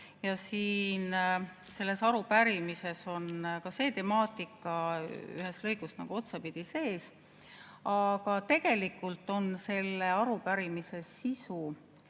Selles arupärimises on ka see temaatika ühes lõigus otsapidi sees, aga tegelikult on selle arupärimise sisu